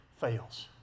fails